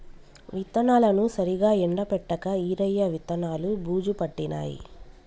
విత్తనాలను సరిగా ఎండపెట్టక ఈరయ్య విత్తనాలు బూజు పట్టినాయి